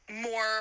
more